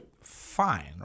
fine